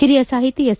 ಹಿಲಿಯ ಸಾಹಿತಿ ಎಸ್